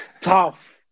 Tough